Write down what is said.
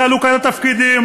לחלוקת התפקידים,